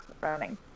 running